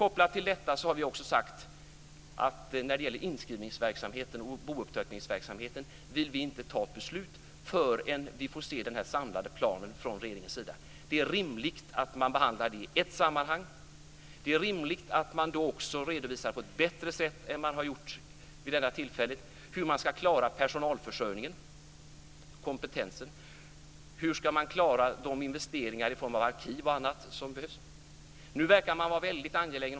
Kopplat till detta har vi också sagt att när det gäller inskrivningsverksamheten och bouppteckningsverksamheten vill vi inte ta beslut förrän vi får se den här samlade planen från regeringens sida. Det är rimligt att man behandlar detta i ett sammanhang. Det är rimligt att man då också redovisar på ett bättre sätt än man har gjort vid detta tillfälle hur man ska klara personalförsörjningen och kompetensen och hur man ska klara de investeringar i form av arkiv och annat som behövs.